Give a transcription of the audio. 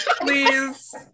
please